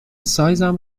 سایزم